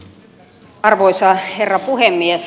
arvoisa herra puhemies